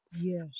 Yes